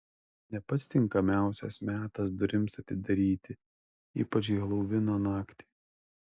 ne pats tinkamiausias metas durims atidaryti ypač helovino naktį